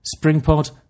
Springpod